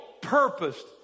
purposed